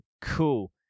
Cool